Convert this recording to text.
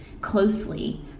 closely